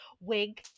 wig